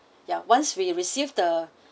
yeah once we received the